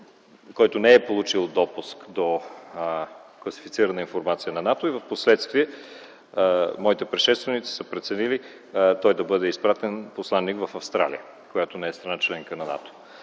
който не е получил допуск до класифицирана информация на НАТО, но впоследствие моите предшественици са преценили той да бъде изпратен посланик в Австралия, която не е страна - член на НАТО.